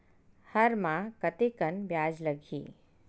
हर माह कतेकन ब्याज लगही?